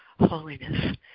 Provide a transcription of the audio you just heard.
holiness